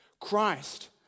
Christ